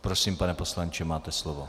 Prosím, pane poslanče, máte slovo.